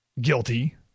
guilty